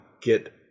get